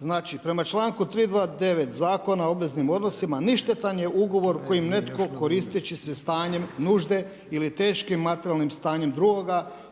znači prema članku 329. Zakona o obveznim odnosima „ništetan je ugovor kojim netko koristeći se stanjem nužde ili teškim materijalnim stanjem drugoga